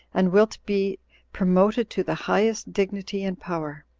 and wilt be promoted to the highest dignity and power,